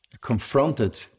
confronted